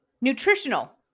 Nutritional